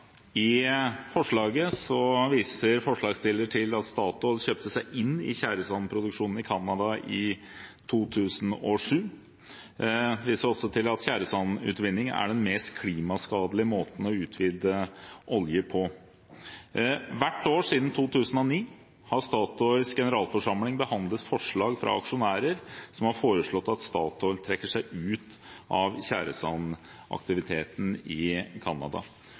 I forslaget viser forslagsstilleren til at Statoil kjøpte seg inn i tjæresandproduksjonen i Canada i 2007. Det vises også til at tjæresandutvinning er den mest klimaskadelige måten å utvinne olje på. Hvert år siden 2009 har Statoils generalforsamling behandlet forslag fra aksjonærer som har foreslått at Statoil trekker seg ut av tjæresandaktiviteten i Canada.